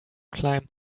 climbed